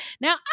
Now